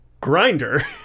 Grinder